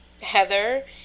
Heather